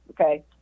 Okay